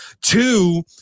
Two